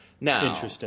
Now